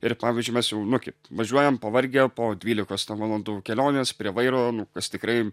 ir pavyzdžiui mes jau nu kaip važiuojam pavargę po dvylikos valandų kelionės prie vairo kas tikrai